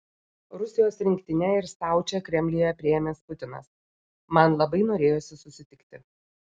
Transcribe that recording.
rusijos rinktinę ir staučę kremliuje priėmęs putinas man labai norėjosi susitikti